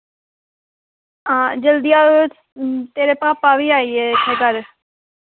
हां जल्दी आ तेरे पापा बी आई गे इत्थें घर